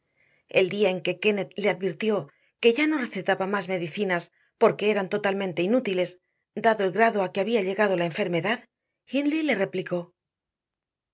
el día en que kennett le advirtió que ya no recetaba más medicinas porque eran totalmente inútiles dado el grado a que había llegado la enfermedad hindley le replicó